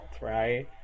right